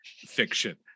fiction